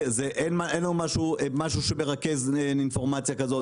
אין לנו משהו שמרכז אינפורמציה כזאת.